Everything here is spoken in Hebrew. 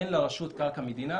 אין לרשות קרקע מדינה,